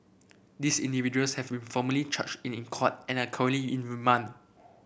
these individuals have been formally charged in court and are currently in remand